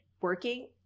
working